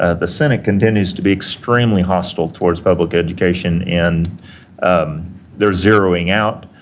ah the senate continues to be extremely hostile towards public education, and they're zeroing out